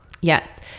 Yes